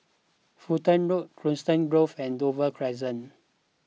Fulton Road Coniston Grove and Dover Crescent